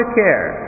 care